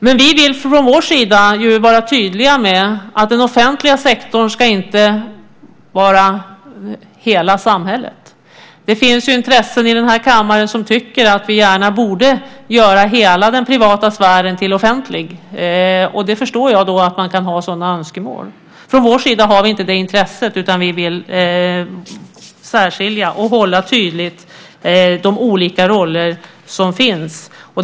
Men vi vill från vår sida vara tydliga med att den offentliga sektorn inte ska vara hela samhället. Det finns intressen i den här kammaren som tycker att vi gärna borde göra hela den privata sfären offentlig. Jag förstår att man kan ha sådana önskemål. Från vår sida har vi inte det intresset, utan vi vill särskilja och hålla de olika roller som finns tydliga.